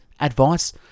advice